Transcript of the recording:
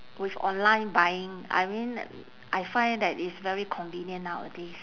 with online buying I mean I find that it's very convenient nowadays